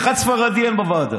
ספרדי אחד אין בוועדה.